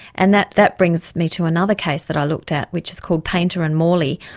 and that that brings me to another case that i looked at which is called painter and morley,